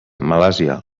malàisia